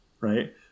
right